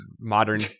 modern